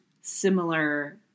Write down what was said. similar